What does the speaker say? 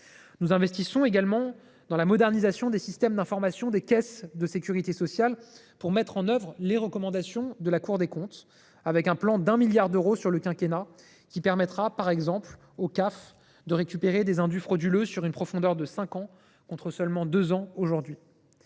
Nous investissons également dans la modernisation des systèmes d’information des caisses de sécurité sociale pour mettre en œuvre les recommandations de la Cour des comptes, avec un plan de 1 milliard d’euros sur le quinquennat, qui permettra par exemple aux CAF de récupérer des indus frauduleux sur une profondeur de cinq ans, contre seulement deux ans aujourd’hui.